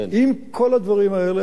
עם כל הדברים האלה,